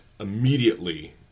immediately